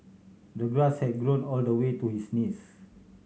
the grass had grown all the way to his knees